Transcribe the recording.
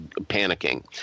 panicking